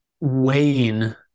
weighing